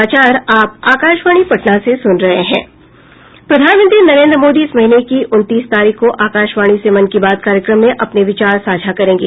प्रधानमंत्री नरेन्द्र मोदी इस महीने की उनतीस तारीख को आकाशवाणी से मन की बात कार्यक्रम में अपने विचार साझा करेंगे